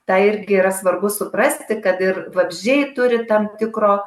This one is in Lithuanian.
tą irgi yra svarbu suprasti kad ir vabzdžiai turi tam tikro